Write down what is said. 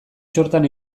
txortan